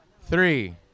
three